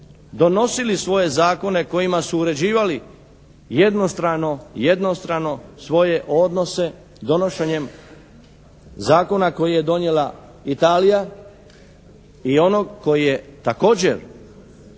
donosili svoje zakone kojima su uređivali jednostrano svoje odnose donošenjem zakona koji je donijela Italija i onog koji je također